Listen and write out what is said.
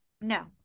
No